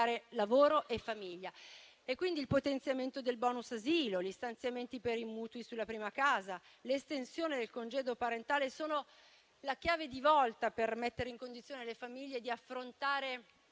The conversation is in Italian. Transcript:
il potenziamento del *bonus* asilo, gli stanziamenti per i mutui sulla prima casa, l'estensione del congedo parentale sono la chiave di volta per mettere le famiglie in condizione di affrontare